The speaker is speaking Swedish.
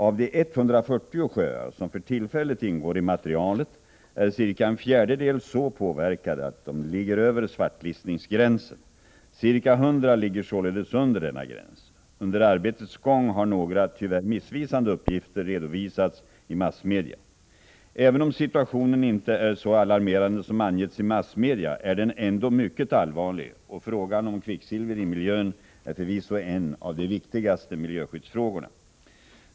Av de 140 sjöar som för tillfället ingår i materialet är cirka en fjärdedel så påverkade att de ligger över svartlistningsgränsen. Ca 100 ligger således under denna gräns. Under arbetets gång har några tyvärr missvisande uppgifter redovisats i massmedia. Även om situationen inte är så alarmerande som angetts i massmedia är den mycket allvarlig, och frågan om kvicksilver i miljön är förvisso en av de viktigaste miljöskyddsfrågorna.